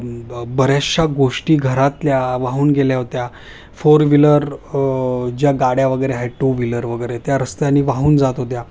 बऱ्याचशा गोष्टी घरातल्या वाहून गेल्या होत्या फोर व्हीलर ज्या गाड्या वगैरे आहेत टू व्हीलर वगैरे त्या रस्त्याने वाहून जात होत्या